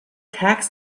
tax